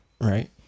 Right